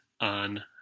on